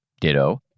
ditto